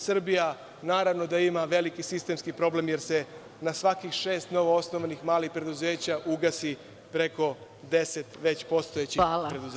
Srbija, naravno da ima veliki sistemski problem jer se na svakih šest novoosnovanih malih preduzeća ugasi preko 10 već postojećih preduzeća.